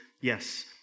yes